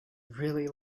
really